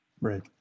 Right